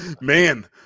man